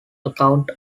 account